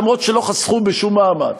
למרות שלא חסכו בשום מאמץ.